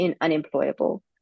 unemployable